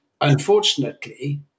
Unfortunately